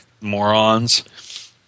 morons